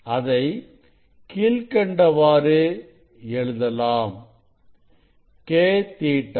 அதை கீழ்க்கண்டவாறு எழுதலாம்